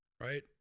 Right